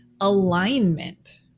alignment